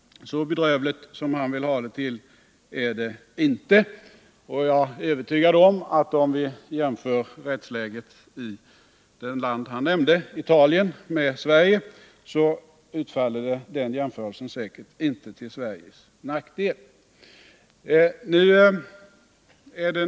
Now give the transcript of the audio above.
Så bedrövligt som han vill göra gällande är det inte, och jag är övertygad om att en jämförelse mellan rättsläget i det land han nämnde, Italien, och i Sverige säkerligen inte skulle utfalla till Sveriges nackdel.